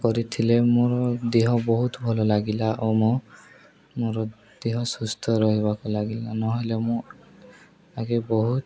କରିଥିଲେ ମୋର ଦେହ ବହୁତ ଭଲ ଲାଗିଲା ଓ ମୋ ମୋର ଦେହ ସୁସ୍ଥ ରହିବାକୁ ଲାଗିଲା ନହେଲେ ମୁଁ ଆଗେ ବହୁତ